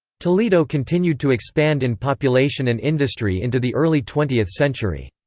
toledo continued to expand in population and industry into the early twentieth century.